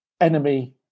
enemy